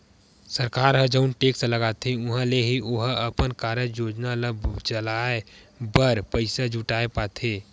सरकार ह जउन टेक्स लगाथे उहाँ ले ही ओहा अपन कारज योजना ल चलाय बर पइसा जुटाय पाथे